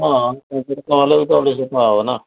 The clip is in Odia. ହଁ ପଇଁତିରିଶି ଟଙ୍କା ହେଲେ ବି ଅଢ଼େଇ ଶହ ଟଙ୍କା ହେବ ନା